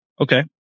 Okay